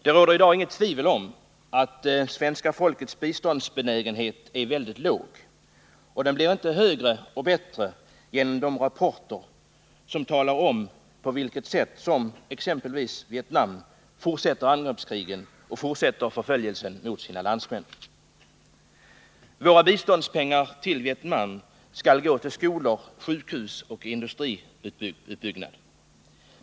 Det råder i dag inget tvivel om att svenska folkets biståndsbenägenhet är väldigt låg. Och den blir inte högre och bättre genom de rapporter som talar om på vilket sätt Vietnam exempelvis fortsätter angreppskrigen och fortsätter förföljelsen av sina landsmän. Våra biståndspengar till Vietnam skall gå till skolor, sjukhus och industriuppbyggnad.